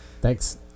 Thanks